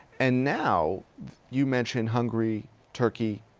and now you mention hungary, turkey,